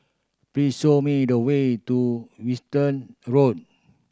please show me the way to Winstedt Road